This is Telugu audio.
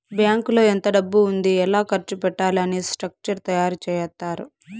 బ్యాంకులో ఎంత డబ్బు ఉంది ఎలా ఖర్చు పెట్టాలి అని స్ట్రక్చర్ తయారు చేత్తారు